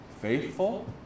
faithful